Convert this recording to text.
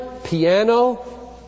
Piano